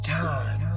time